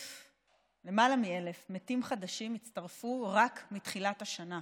למעלה מ-1,000 מתים חדשים הצטרפו רק מתחילת השנה,